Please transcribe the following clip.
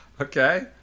Okay